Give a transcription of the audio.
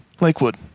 Lakewood